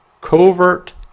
Covert